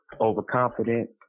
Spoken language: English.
overconfident